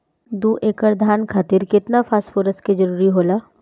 दु एकड़ धान खातिर केतना फास्फोरस के जरूरी होला?